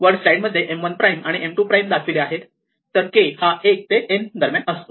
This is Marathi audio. वर स्लाईड मध्ये M 1 प्राईम आणि M 2 प्राईम दाखविले आहे तर k हा 1 ते n दरम्यान असतो